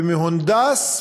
ומהונדס,